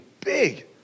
big